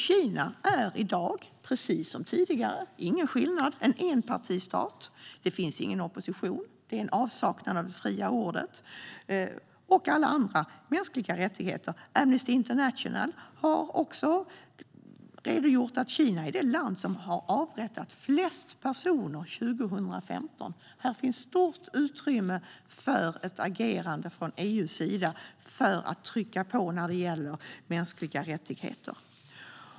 Kina är i dag precis som tidigare - det är ingen skillnad - en enpartistat. Det finns ingen opposition, och det råder avsaknad av det fria ordet och alla andra mänskliga rättigheter. Amnesty International har redogjort för att Kina är det land som avrättade flest personer under 2015. Här finns stort utrymme för ett agerande från EU:s sida för att trycka på när det gäller mänskliga rättigheter.